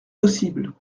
possible